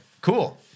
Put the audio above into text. Cool